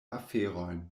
aferojn